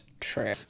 true